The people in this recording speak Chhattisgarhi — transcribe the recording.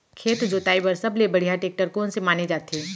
खेत जोताई बर सबले बढ़िया टेकटर कोन से माने जाथे?